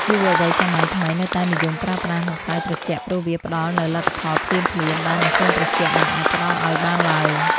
យុវវ័យសម័យថ្មីនៅតែនិយមប្រើប្រាស់ម្សៅត្រជាក់ព្រោះវាផ្តល់នូវលទ្ធផលភ្លាមៗដែលម៉ាស៊ីនត្រជាក់មិនអាចផ្ដល់ឱ្យបានឡើយ។